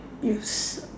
you s~